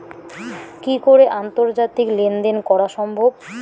কি করে আন্তর্জাতিক লেনদেন করা সম্ভব?